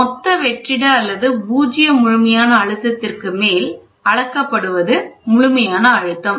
மொத்த வெற்றிட அல்லது பூஜ்ஜிய முழுமையான அழுத்தத்திற்கு மேல் அளக்கப்படுவது முழுமையான அழுத்தம்